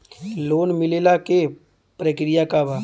Loan मिलेला के प्रक्रिया का बा?